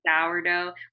sourdough